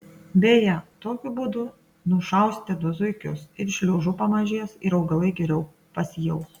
beje tokiu būdu nušausite du zuikius ir šliužų pamažės ir augalai geriau pasijaus